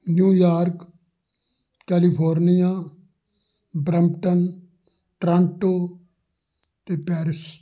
New York California Brampton Toronto ਅਤੇ Paris